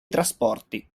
trasporti